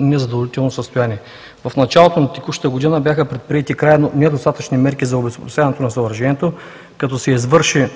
незадоволително състояние. В началото на текущата година бяха предприети крайно недостатъчни мерки за обезопасяването на съоръжението, като се извърши